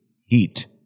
Heat